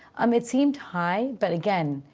um it seemed high, but again,